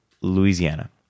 Louisiana